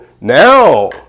Now